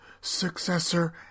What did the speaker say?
successor